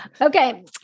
Okay